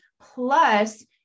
plus